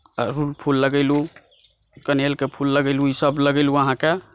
अड़हुल फुल लगेलहुँ कनैलके फुल लगेलहुँ ई सभ लगेलहुँ अहाँकेँ